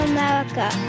America